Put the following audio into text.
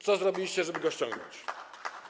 Co zrobiliście, żeby go ściągnąć?